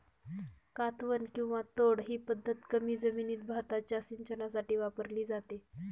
कातवन किंवा तोड ही पद्धत कमी जमिनीत भाताच्या सिंचनासाठी वापरली जाते